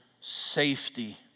safety